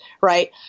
Right